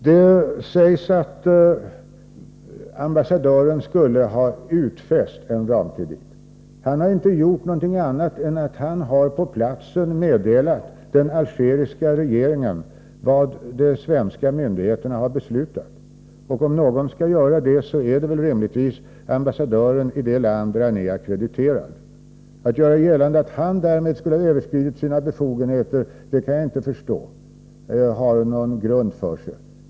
Det sägs att ambassadören skulle ha utfäst en ramkredit. Han har inte gjort någonting annat än att han på platsen har meddelat den algeriska regeringen vad de svenska myndigheterna har beslutat — om någon skall göra en sådan sak är det väl rimligtvis ambassadören i det land där han är ackrediterad. Hur man kan göra gällande att han därmed skulle ha överskridit sina befogenheter kan jag inte förstå.